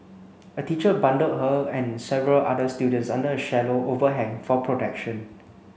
a teacher bundled her and several other students under a shallow overhang for protection